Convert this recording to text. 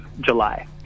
July